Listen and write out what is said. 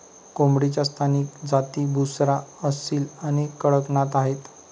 कोंबडीच्या स्थानिक जाती बुसरा, असील आणि कडकनाथ आहेत